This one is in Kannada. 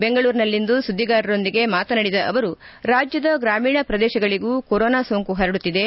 ಬೆಂಗಳೂರಿನಲ್ಲಿಂದು ಸುದ್ಗಿಗಾರರೊಂದಿಗೆ ಮಾತನಾಡಿದ ಅವರು ರಾಜ್ಯದ ಗ್ರಾಮೀಣ ಪ್ರದೇಶಗಳಗೂ ಕೊರೋನಾ ಸೋಂಕು ಹರಡುತ್ತಿದೆ